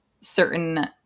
certain